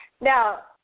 Now